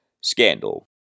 scandal